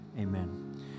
Amen